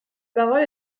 parole